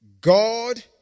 God